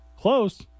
close